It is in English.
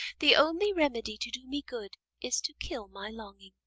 the only remedy to do me good is to kill my longing.